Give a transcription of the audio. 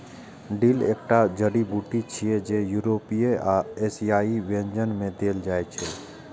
dill एकटा जड़ी बूटी छियै, जे यूरोपीय आ एशियाई व्यंजन मे देल जाइ छै